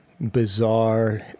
bizarre